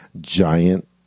giant